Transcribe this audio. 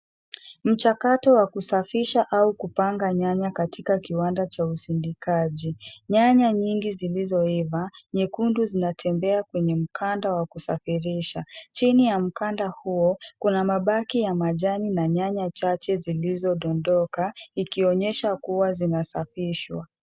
Mchakato wa kusafisha au kupanga nyanya katika kiwanda cha usindikaji. Nyanya nyingi zilizoiva, nyekundu zinatembea kwenye mkanda wa kusafirisha. Chini ya mkanda huo, kuna mabaki ya majani na nyanya chache zilizodondoka, ikionyesha kuwa zinasafishwa.